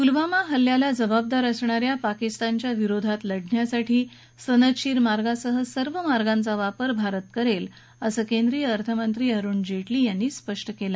पुलवामा हल्ल्याला जबाबदार असणा या पाकिस्तानच्या विरोधात लढण्यासाठी सनदशीर मार्गासह सर्व मार्गाचा वापर भारत करेल असं केंद्रीय अर्थमंत्री अरुण जेटली यांनी स्पष्ट केलं